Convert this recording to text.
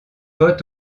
votes